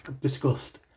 discussed